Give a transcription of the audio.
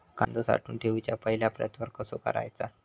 कांदो साठवून ठेवुच्या पहिला प्रतवार कसो करायचा?